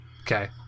Okay